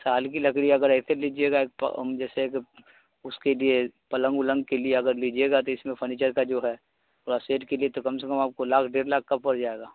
سال کی لکڑی اگر ایسے لیجیے گا جیسے کہ اس کے لیے پلنگ ولنگ کے لیے اگر لیجیے گا تو اس میں فرنیچر کا جو ہے تھوڑا سیٹ کے لیے تو کم سے کم آپ کو لاکھ ڈیڑھ لاکھ کا پڑ جائے گا